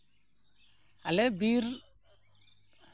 ᱟᱞᱮ ᱵᱤᱨ